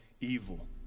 evil